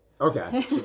Okay